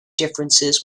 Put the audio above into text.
differences